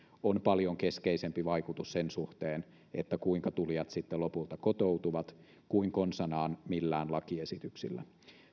on paljon keskeisempi vaikutus sen suhteen kuinka tulijat sitten lopulta kotoutuvat kuin konsanaan millään lakiesityksillä